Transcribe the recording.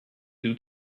due